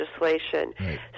legislation